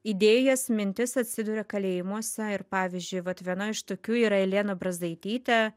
idėjas mintis atsiduria kalėjimuose ir pavyzdžiui vat viena iš tokių yra elena brazaitytė